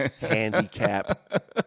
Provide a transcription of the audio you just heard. handicap